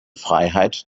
freiheit